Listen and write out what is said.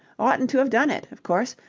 oughtn't to have done it, of course,